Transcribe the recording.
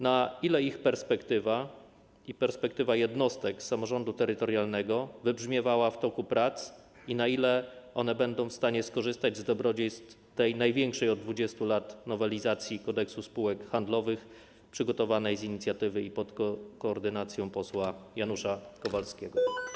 Na ile ich perspektywa i perspektywa jednostek samorządu terytorialnego wybrzmiewała w toku prac i na ile będą one w stanie skorzystać z dobrodziejstw tej największej od 20 lat nowelizacji Kodeksu spółek handlowych, przygotowanej z inicjatywy i pod koordynacją posła Janusza Kowalskiego?